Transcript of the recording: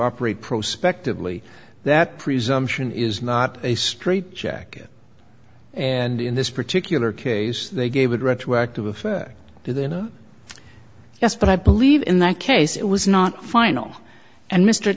operate prospect of lee that presumption is not a straight jacket and in this particular case they gave it retroactive to them yes but i believe in that case it was not final and mr